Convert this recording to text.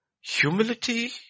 humility